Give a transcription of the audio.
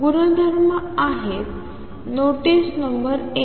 गुणधर्म काय आहेत नोटीस नंबर एक